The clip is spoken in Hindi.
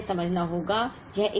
अब हमें पहले समझना होगा